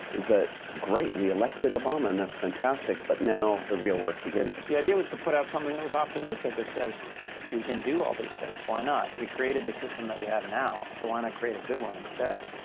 is that, great, we elected obama, and that's fantastic. but now the real work begins. the idea was to put out something that was optimistic, that says we can do all these things. why not? we created this system that we have now, so why not create a good one instead?